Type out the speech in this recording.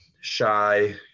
shy